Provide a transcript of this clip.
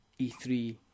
E3